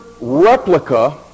replica